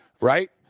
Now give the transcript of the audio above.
right